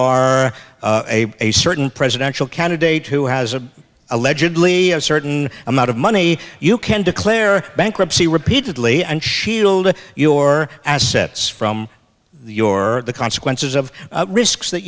are a certain presidential candidate who has a allegedly a certain amount of money you can declare bankruptcy repeatedly and shield your assets from the your the consequences of risks that